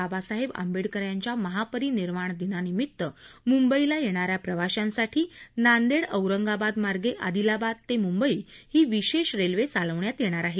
बाबासाहेब आंबेडकर यांच्या महापरीनिर्वाण दिना निमित्त मुंबईला येणाऱ्या प्रवाश्यांसाठी नांदेड औरंगाबादमार्गे आदिलाबाद ते मुंबई ही विशेष रेल्वे चालवण्यात येणार आहे